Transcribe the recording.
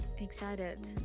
excited